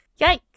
Yikes